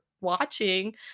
watching